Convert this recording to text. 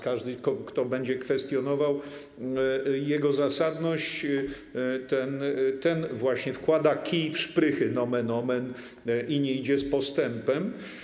Każdy, kto będzie kwestionował jego zasadność, ten właśnie wkłada kij w szprychy nomen omen i nie idzie z postępem.